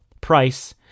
price